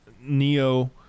Neo